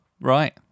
right